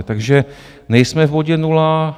Takže nejsme v bodě nula.